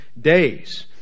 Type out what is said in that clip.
days